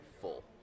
full